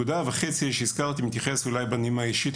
בנימה אישית,